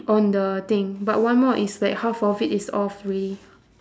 on the thing but one more is like half of it is all free